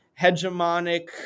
hegemonic